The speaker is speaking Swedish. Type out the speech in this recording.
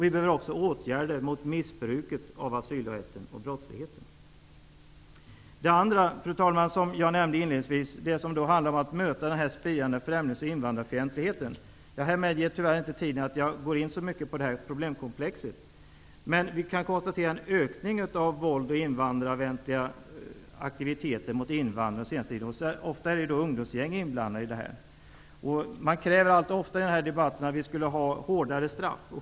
Vi behöver också åtgärder mot missbruket av asylrätten och brottsligheten. Fru talman! Den andra huvudpunkt som jag nämnde inledningsvis handlar om att möta den spirande främlings och invandrarfientligheten. Tiden medger tyvärr inte att jag går in så mycket på det problemkomplexet. Men jag kan ändå säga att vi kan konstatera en ökning av våld mot invandrare och invandrarfientliga aktiviteter den senaste tiden. Ofta är det ungdomsgäng inblandade. Man kräver allt oftare i den här debatten hårdare straff.